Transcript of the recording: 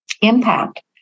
impact